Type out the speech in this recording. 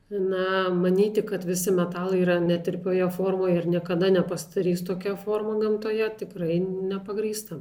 na manyti kad visi metalai yra netirpioje formoje ir niekada nepasidarys tokia forma gamtoje tikrai nepagrįsta